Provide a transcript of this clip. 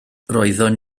roeddwn